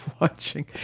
watching